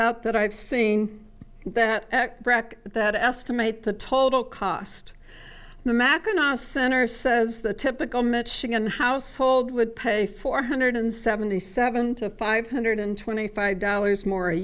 out that i've seen that estimate the total cost the mackinaw center says the typical michigan household would pay four hundred seventy seven to five hundred twenty five dollars more a